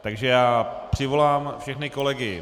Takže já přivolám všechny kolegy.